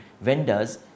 vendors